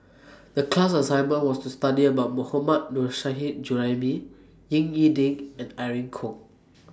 The class assignment was to study about Mohammad Nurrasyid Juraimi Ying E Ding and Irene Khong